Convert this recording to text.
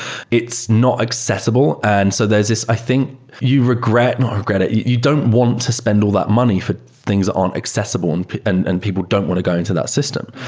it's not accessible, and so there's this i think you regret. not regret it. you don't want to spend all that money for things that aren't accessible and and and people don't want to go into that system.